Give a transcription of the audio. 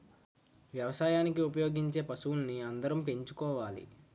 వ్యవసాయానికి ఉపయోగించే పశువుల్ని అందరం పెంచుకోవాలి